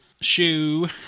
shoe